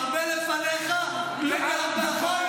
אדון עטאונה,